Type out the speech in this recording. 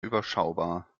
überschaubar